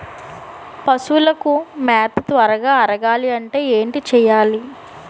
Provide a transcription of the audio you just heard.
పశువులకు మేత త్వరగా అరగాలి అంటే ఏంటి చేయాలి?